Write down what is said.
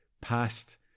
past